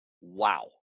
wow